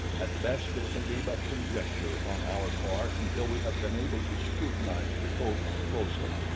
at best it can be but conjecture on our part until we have been able to scrutinize the coast closely.